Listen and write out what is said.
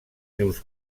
llurs